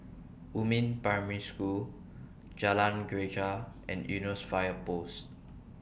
Yumin Primary School Jalan Greja and Eunos Fire Post